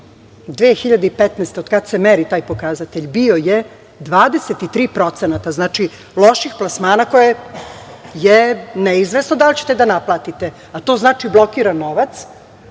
od kada se meri taj pokazatelj, bio je 23%, znači loših plasmana gde je neizvesno dal ćete da naplatite, a to znači blokiran novac,